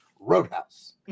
Roadhouse